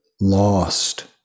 lost